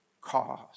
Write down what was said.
cause